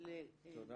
לכל